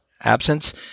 absence